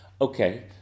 Okay